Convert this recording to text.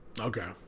Okay